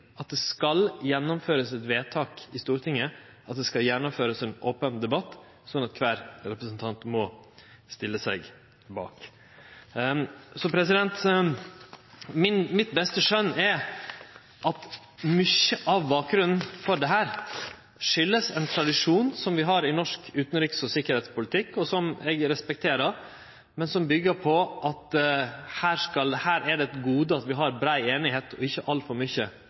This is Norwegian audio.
at det skal gjennomførast eit vedtak i Stortinget, at det skal gjennomførast ein open debatt, slik at kvar enkelt representant må stille seg bak. Mitt beste skjønn er at mykje av bakgrunnen for dette kjem av ein tradisjon som vi har i norsk utanriks- og sikkerheitspolitikk, og som eg respekterer, men som byggjer på at det er eit gode at vi har brei semje og ikkje altfor mykje